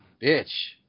bitch